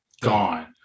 gone